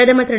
பிரதமர் திரு